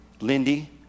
Lindy